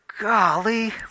golly